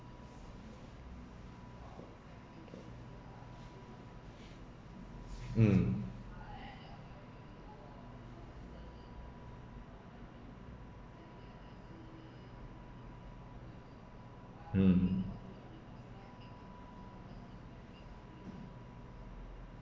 um um